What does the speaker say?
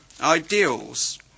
ideals